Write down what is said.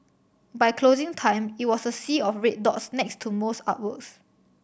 by closing time it was a sea of red dots next to most artworks